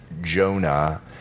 Jonah